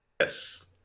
Yes